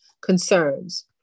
concerns